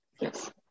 Yes